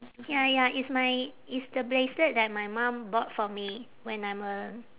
ya ya it's my it's the bracelet that my mom bought for me when I'm a